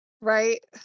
right